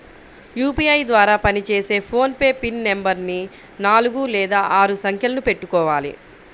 UPI ద్వారా పనిచేసే PhonePe pin నెంబరుని నాలుగు లేదా ఆరు సంఖ్యలను పెట్టుకోవాలి